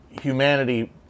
humanity